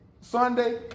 Sunday